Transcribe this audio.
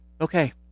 okay